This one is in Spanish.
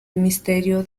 ministerio